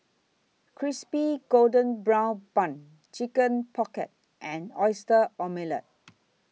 Crispy Golden Brown Bun Chicken Pocket and Oyster Omelette